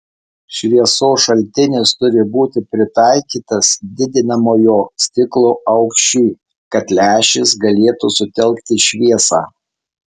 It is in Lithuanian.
šviesos šaltinis turi būti pritaikytas didinamojo stiklo aukščiui kad lęšis galėtų sutelkti šviesą